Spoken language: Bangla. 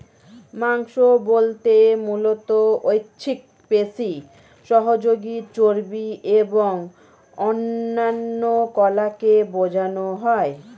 মাংস বলতে মূলত ঐচ্ছিক পেশি, সহযোগী চর্বি এবং অন্যান্য কলাকে বোঝানো হয়